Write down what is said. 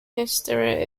history